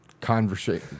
Conversation